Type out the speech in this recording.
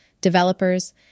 developers